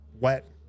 wet